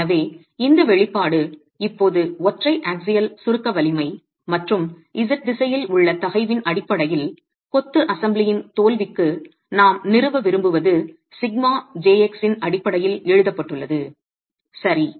எனவே இந்த வெளிப்பாடு இப்போது ஒற்றை ஆக்சியல் சுருக்க வலிமை மற்றும் z திசையில் உள்ள தகைவின் அடிப்படையில் கொத்து அசெம்பிளியின் தோல்விக்கு நாம் நிறுவ விரும்புவது σjx யின் அடிப்படையில் எழுதப்பட்டுள்ளது சரி